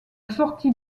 sortie